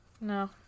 No